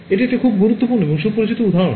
এটি একটি খুব গুরুত্বপূর্ণ এবং সুপরিচিত উদাহরণ